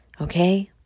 okay